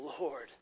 lord